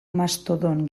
mastodon